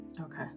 okay